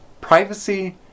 privacy